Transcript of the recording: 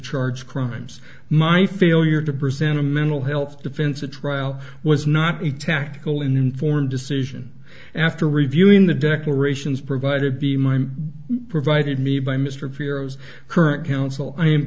charge crimes my failure to present a mental health defense a trial was not a tactical informed decision after reviewing the declarations provided be mime provided me by mr peers current counsel i am